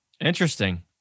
Interesting